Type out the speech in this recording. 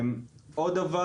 דבר